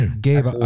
Gabe